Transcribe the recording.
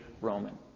Roman